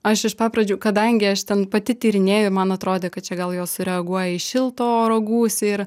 aš iš pat pradžių kadangi aš ten pati tyrinėju man atrodė kad čia gal jos sureaguoja į šilto oro gūsį ir